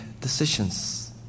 decisions